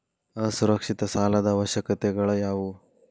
ಅಸುರಕ್ಷಿತ ಸಾಲದ ಅವಶ್ಯಕತೆಗಳ ಯಾವು